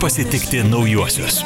pasitikti naujuosius